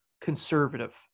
conservative